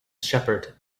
shepherd